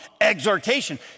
exhortation